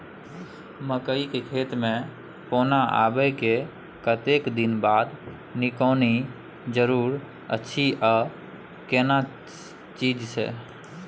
मकई के खेत मे पौना आबय के कतेक दिन बाद निकौनी जरूरी अछि आ केना चीज से?